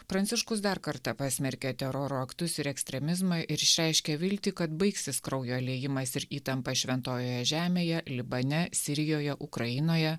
pranciškus dar kartą pasmerkė teroro aktus ir ekstremizmą ir išreiškė viltį kad baigsis kraujo liejimas ir įtampa šventojoje žemėje libane sirijoje ukrainoje